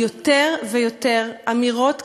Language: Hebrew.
יותר ויותר אמירות קשות,